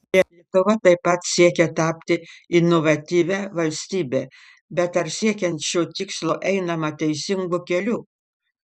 lietuva taip pat siekia tapti inovatyvia valstybe bet ar siekiant šio tikslo einama teisingu keliu